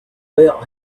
felt